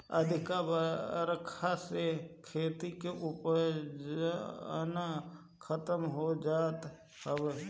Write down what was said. अधिका बरखा से खेती के उपजाऊपना खतम होत जात हवे